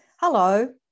Hello